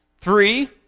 three